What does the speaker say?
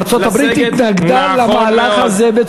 ארצות-הברית התנגדה למהלך הזה, נכון מאוד.